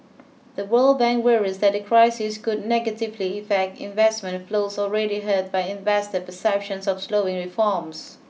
the World Bank worries that the crisis could negatively affect investment flows already hurt by investor perceptions of slowing reforms